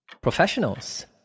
Professionals